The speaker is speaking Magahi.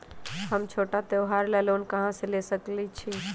हम छोटा त्योहार ला लोन कहां से ले सकई छी?